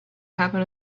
happen